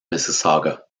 mississauga